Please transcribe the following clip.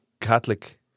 Catholic